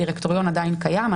הדירקטוריון עדיין קיים,